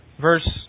Verse